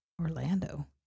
Orlando